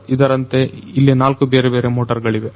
ಇದರಂತೆ ಇಲ್ಲಿ ನಾಲ್ಕು ಬೇರೆ ಬೇರೆ ಮೋಟರ್ ಗಳಿವೆ